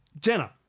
Jenna